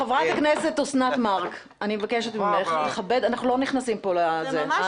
חברת הכנסת אוסנת מארק, אנחנו לא נכנסים פה לזה.